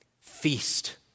feast